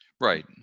right